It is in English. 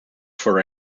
for